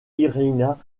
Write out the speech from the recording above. irina